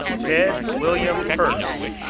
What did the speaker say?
ted william hurst,